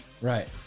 Right